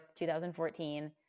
2014